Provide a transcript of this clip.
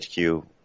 HQ